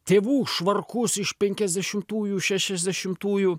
tėvų švarkus iš penkiasdešimtųjų šešiasdešimtųjų